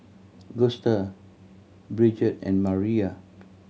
Gusta Bridget and Mariah